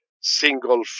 single